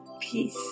Peace